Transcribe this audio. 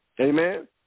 Amen